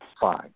Fine